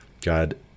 God